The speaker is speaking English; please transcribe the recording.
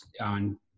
on